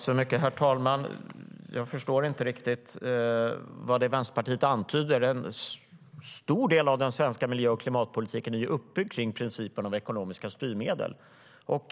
Herr talman! Jag förstår inte riktigt vad det är Vänsterpartiet antyder. En stor del av den svenska miljö och klimatpolitiken är ju uppbyggd kring principen om ekonomiska styrmedel.